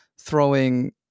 throwing